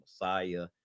Messiah